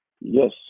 Yes